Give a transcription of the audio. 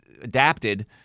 adapted